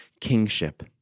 kingship